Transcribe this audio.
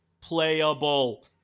Playable